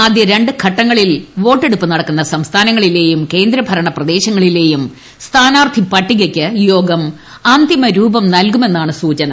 ആദ്യ രണ്ട് ഘട്ടങ്ങളിൽ വോട്ടെടുപ്പ് നടക്കുന്ന സംസ്ഥാനങ്ങളിലെയും കേന്ദ്രഭരണ പ്രദേശങ്ങളിലെയും സ്ഥാനാർത്ഥിപട്ടികയ്ക്ക് യോഗം അന്തിമ രൂപം നൽകുമെന്നാണ് സൂചന